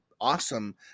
awesome